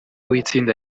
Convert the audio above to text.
w’itsinda